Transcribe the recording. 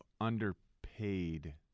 underpaid